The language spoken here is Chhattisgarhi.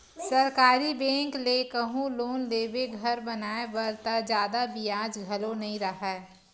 सरकारी बेंक ले कहूँ लोन लेबे घर बनाए बर त जादा बियाज घलो नइ राहय